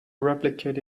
replicate